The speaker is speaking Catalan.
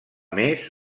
més